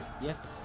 Yes